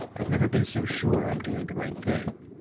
i've never been so sure i'm doing the right thing.